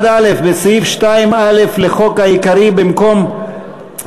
חברי הכנסת זהבה גלאון,